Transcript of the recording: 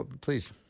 please